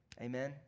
Amen